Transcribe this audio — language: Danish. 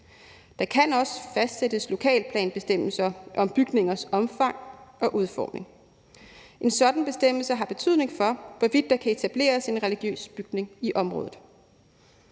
Der kan også fastsættes lokalplansbestemmelser om bygningers omfang og udformning. En sådan bestemmelse har betydning for, hvorvidt der kan etableres en religiøs bygning i området.